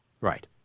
Right